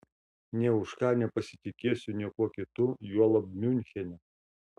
nė už ką nepasitikėsiu niekuo kitu juolab miunchene